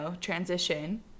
transition